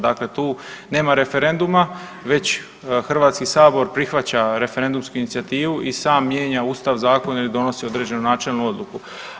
Dakle, tu nema referenduma već HS prihvaća referendumsku inicijativu i sam mijenja Ustav, zakon i donosi određenu načelnu odluku.